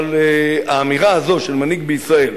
אבל האמירה הזאת של מנהיג בישראל,